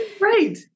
Right